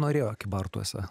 norėjo kybartuose